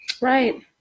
Right